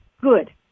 Good